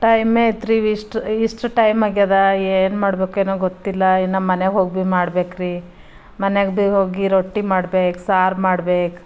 ಟೈಮೇತ್ ರೀ ವಿಷ್ಟ್ ಇಷ್ಟು ಟೈಮ್ ಆಗ್ಯದಾ ಏನು ಮಾಡ್ಬೇಕೇನೊ ಗೊತ್ತಿಲ್ಲ ಇನ್ನೂ ಮನೆಗೆ ಹೋಗಿ ಮಾಡಬೇಕ್ರೀ ಮನೆಗೆ ಬೇಗ ಹೋಗಿ ರೊಟ್ಟಿ ಮಾಡ್ಬೇಕು ಸಾರು ಮಾಡ್ಬೇಕು